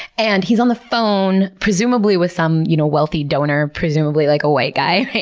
and he's on the phone, presumably with some you know wealthy donor, presumably like a white guy.